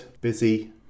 Busy